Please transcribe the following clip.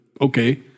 okay